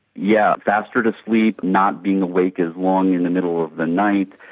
yeah faster to sleep, not being awake as long in the middle of the night,